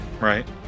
right